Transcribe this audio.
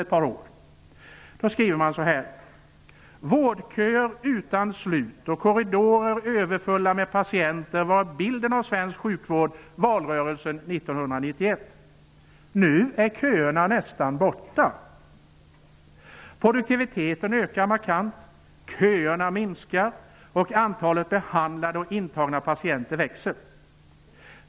Den 27 juli skriver man: Vårdköer utan slut och korridorer överfulla med patienter var bilden av svensk sjukvård under valrörelsen 1991. Nu är köerna nästan borta. Den 25 juli skriver man: Produktiviteten ökar markant, köerna minskar, och antalet behandlade och intagna patienter växer.